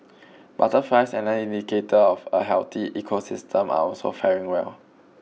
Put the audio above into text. butterflies another indicator of a healthy ecosystem are also faring well